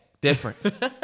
Different